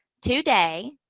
today,